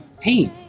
pain